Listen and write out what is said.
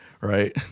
Right